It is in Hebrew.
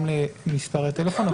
גם למספרי טלפון,